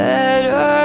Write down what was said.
Better